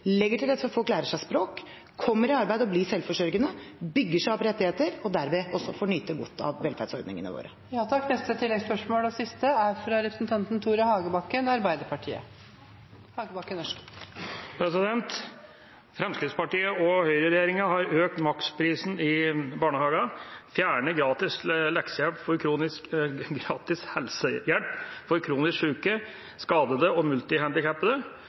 legger til rette for at folk lærer seg språk, kommer i arbeid og blir selvforsørgende, bygger seg opp rettigheter og derved også får nyte godt av velferdsordningene våre. Tore Hagebakken – til oppfølgingsspørsmål. Fremskrittsparti–Høyre-regjeringa har økt maksprisen i barnehagene, fjernet gratis helsehjelp for kronisk syke, skadede og multihandikappede, og de har altså kuttet i